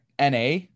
na